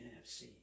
NFC